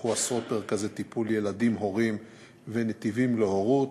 פותחו עשרות מרכזי טיפול ילדים הורים ו"נתיבים להורות",